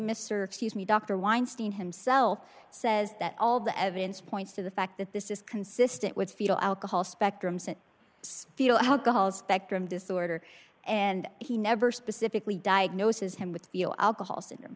mr excuse me dr weinstein himself says that all the evidence points to the fact that this is consistent with fetal alcohol spectrum scent fetal alcohol spectrum disorder and he never specifically diagnosis him with feel alcohol syndrome